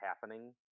happening